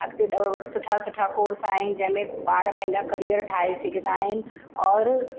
अॻिते सुठा सुठा कोर्स आहिनि जंहिं में ॿार पंहिंजा करियर ठाहे सघंदा आहिनि और